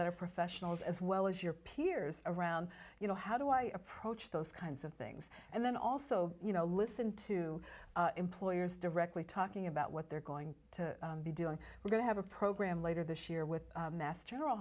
that are professionals as well as your peers around you know how do i approach those kinds of things and then also you know listen to employers directly talking about what they're going to be doing we're going to have a program later this year with mass general